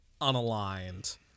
unaligned